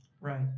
Right